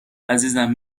عزیزم